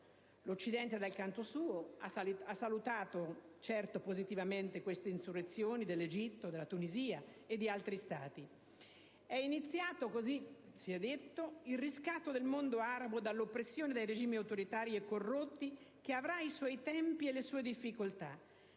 L'Occidente, dal canto suo, ha salutato certo positivamente queste insurrezioni dell'Egitto, della Tunisia e di altri Stati. È iniziato così - si è detto - il riscatto del mondo arabo dall'oppressione dei regimi autoritari e corrotti che avrà i suoi tempi e le sue difficoltà,